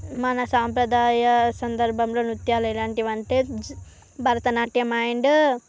మన సాంప్రదాయ సందర్భంలో నృత్యాలు ఎలాంటివంటే భరతనాట్యం అండ్